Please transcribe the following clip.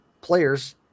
players